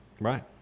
Right